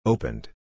Opened